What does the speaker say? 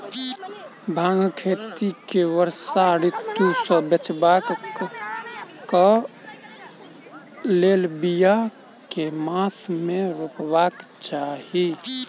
भांगक खेती केँ वर्षा ऋतु सऽ बचेबाक कऽ लेल, बिया केँ मास मे रोपबाक चाहि?